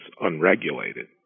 unregulated